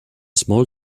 small